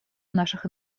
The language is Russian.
наших